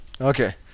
Okay